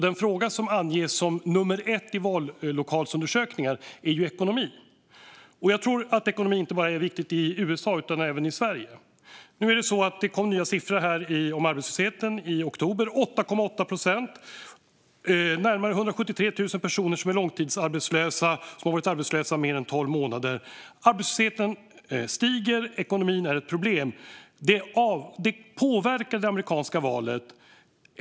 Den fråga som anges som nummer ett i vallokalsundersökningar är ekonomin. Jag tror att ekonomin är viktig inte bara i USA utan även i Sverige. Det kom nya siffror om arbetslösheten i oktober - 8,8 procent. Närmare 173 000 personer är långtidsarbetslösa och har varit arbetslösa mer än tolv månader. Arbetslösheten stiger, och ekonomin är ett problem. Ekonomin påverkade det amerikanska valet.